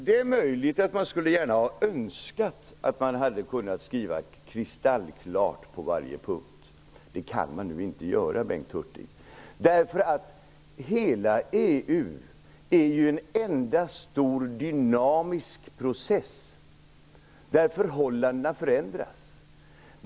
Herr talman! Visst kunde man möjligen önska att det hade kunnat skrivas kristallklart på varje punkt. Det kan man nu inte göra, Bengt Hurtig, eftersom hela EU är en enda stor dynamisk process, där förhållandena förändras.